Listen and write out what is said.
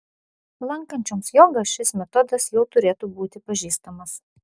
lankančioms jogą šis metodas jau turėtų būti pažįstamas